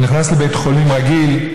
אתה נכנס לבית חולים רגיל,